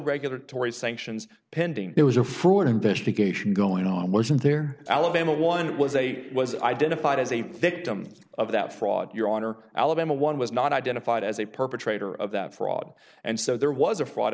regular tori's sanctions pending there was a fraud investigation going on wasn't there alabama one was eight was identified as a victim of that fraud your honor alabama one was not identified as a perpetrator of that fraud and so there was a fraud